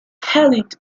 headed